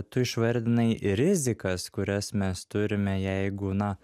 tu išvardinai rizikas kurias mes turime jeigu na